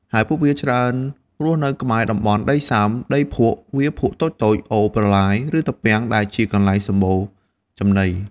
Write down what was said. ហើយពួកវាច្រើនរស់នៅក្បែរ តំបន់ដីសើម ដីភក់ វាលភក់តូចៗ អូរ ប្រឡាយ ឬត្រពាំង ដែលជាកន្លែងសម្បូរចំណី។